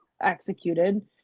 executed